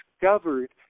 discovered